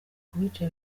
kubica